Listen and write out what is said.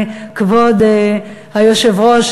כבוד היושב-ראש,